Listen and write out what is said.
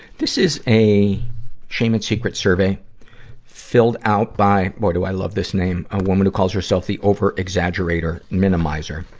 this is a shame and secret survey filled out by boy, do i love this name! a woman who calls herself the over-exaggerator minimizer.